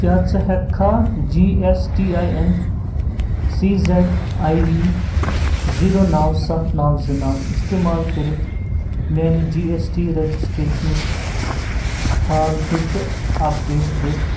کیٛاہ ژٕ ہیٚکٕکھا G S T I N C Z I V zero نو سَتھ نو زٕ نو اِستعمال کٔرِتھ میٛانہِ جی ایس ٹی رجسٹریشنٕچ حالتٕچہِ اَپ ڈیٹ دتھ